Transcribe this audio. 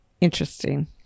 Interesting